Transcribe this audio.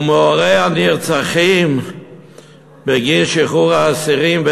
ומהורי הנרצחים בגין שחרור האסירים,